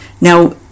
Now